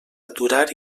aturar